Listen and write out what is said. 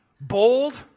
bold